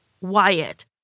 Wyatt